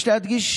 יש להדגיש